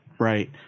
Right